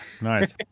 Nice